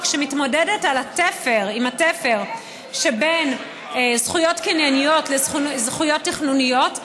שמתמודדת עם התפר שבין זכויות קנייניות לזכויות תכנוניות,